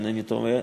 אם אינני טועה,